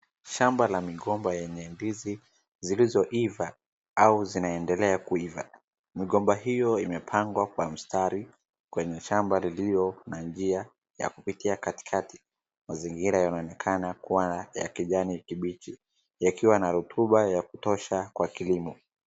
Shamba la migomba ya ndizi zilizoiva au zinaendelea kuiva .Mgomba hiyo imepangwa kwa mstari kwenye shamba liliyo na njia ya kupitia katikati mazingira yanaonekana kuwa ya kijani kibichi yakiwa na rotuba ya kutosha kwa kilimo.